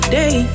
day